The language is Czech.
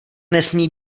nesmí